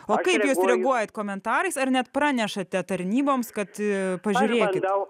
o kaip jūs reaguojat komentarais ar net pranešate tarnyboms kad pažiūrėkit